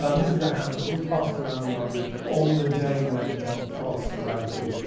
um this is a hand bill that was passed around in london on the day when john frost, a radical,